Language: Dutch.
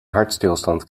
hartstilstand